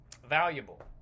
Valuable